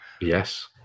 yes